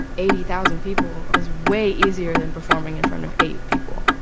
eighty thousand people is way easier than performing in front of eight people.